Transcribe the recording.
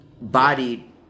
bodied